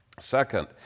Second